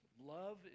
Love